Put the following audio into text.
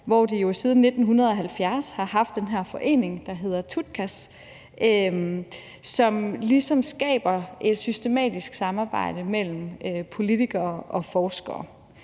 hvor de jo siden 1970 har haft den her forening, der hedder TUTKAS, som ligesom skaber et systematisk samarbejde mellem politikere og forskere.